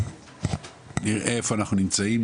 נראה איפה אנחנו נמצאים,